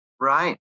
Right